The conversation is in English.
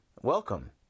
welcome